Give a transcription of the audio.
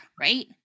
right